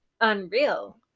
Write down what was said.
unreal